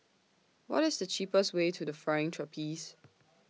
What IS The cheapest Way to The Flying Trapeze